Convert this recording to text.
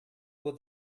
will